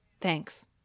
thanks